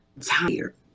tired